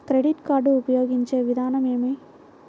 Credit card ఉపయోగించే విధానం ఏమి?